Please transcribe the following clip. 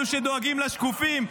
אלה שדואגים לשקופים,